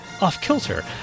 off-kilter